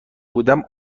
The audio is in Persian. بودم